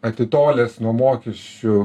atitolęs nuo mokesčių